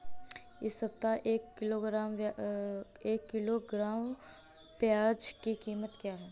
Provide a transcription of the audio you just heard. इस सप्ताह एक किलोग्राम प्याज की कीमत क्या है?